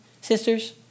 sisters